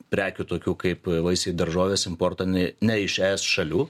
prekių tokių kaip vaisiai daržovės importo n ne iš es šalių